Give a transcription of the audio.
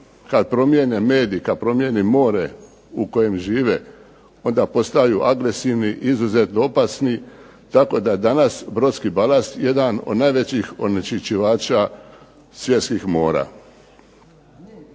kad promijene medij, kad promijene more u kojem žive onda postaju agresivni, izuzetno opasni tako da danas brodski balast jedan od najvećih onečiščivaća svjetskih mora.